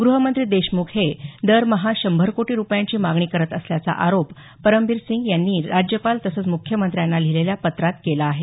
गृहमंत्री देशमुख हे दरमहा शंभर कोटी रुपयांची मागणी करत असल्याचा आरोप परमबीरसिंग यांनी राज्यपाल तसंच मुख्यमंत्र्यांना लिहिलेल्या पत्रात केला आहे